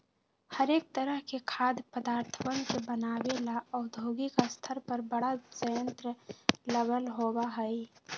हरेक तरह के खाद्य पदार्थवन के बनाबे ला औद्योगिक स्तर पर बड़ा संयंत्र लगल होबा हई